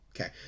okay